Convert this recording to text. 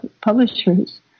Publishers